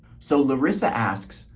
so larysa asks,